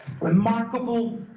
remarkable